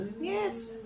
Yes